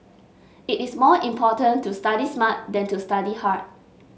it is more important to study smart than to study hard